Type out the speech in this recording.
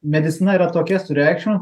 medicina yra tokia sureikšmin